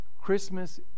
Christmas